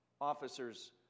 officer's